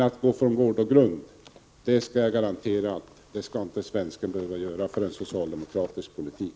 Jag kan dock garantera att svensken inte skall behöva gå från gård och grund till följd av en socialdemokratisk politik.